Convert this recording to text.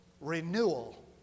Renewal